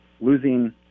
losing